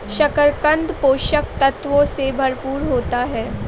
शकरकन्द पोषक तत्वों से भरपूर होता है